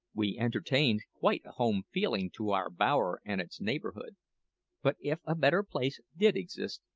we entertained quite a home-feeling to our bower and its neighbourhood but if a better place did exist,